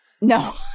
No